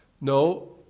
No